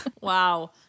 Wow